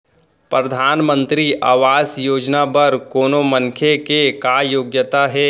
परधानमंतरी आवास योजना बर कोनो मनखे के का योग्यता हे?